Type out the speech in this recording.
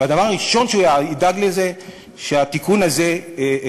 והדבר הראשון שהוא ידאג לו יהיה שהתיקון הזה ייעשה.